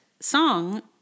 song